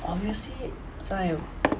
obviously 在